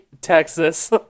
Texas